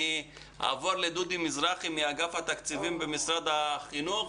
אני אעבור לדודי מזרחי מאגף התקציבים במשרד החינוך.